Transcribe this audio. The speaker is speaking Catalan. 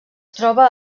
troba